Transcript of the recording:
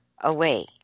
away